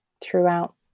throughout